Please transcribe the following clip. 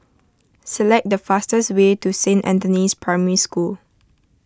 select the fastest way to Saint Anthony's Primary School